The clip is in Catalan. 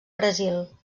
brasil